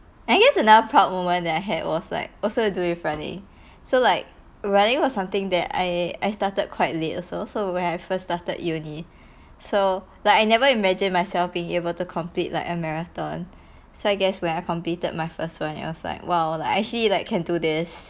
I guess another proud moment that I had was like also to do with running so like running was something that I I started quite late also so when I first started uni so like I never imagined myself being able to complete like a marathon so I guess when I completed my first one it was like !wow! like I actually like can do this